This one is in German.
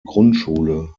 grundschule